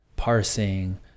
Parsing